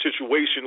situation